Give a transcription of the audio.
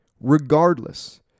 Regardless